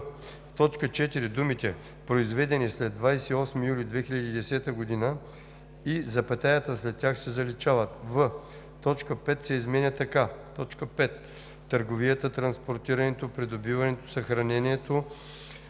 в т. 4 думите „произведени след 28 юли 2010 г.“ и запетаята след тях се заличават; в) точка 5 се изменя така: „5. търговията, транспортирането, придобиването, съхранението,